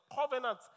covenant